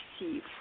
receive